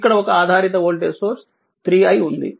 ఇక్కడ ఒక ఆధారిత వోల్టేజ్ సోర్స్ 3i ఉంది